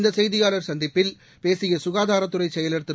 இந்த செய்தியாளர் சந்திப்பில் பேசிய சுகாதாரத்துறைச் செயலாளர் திரு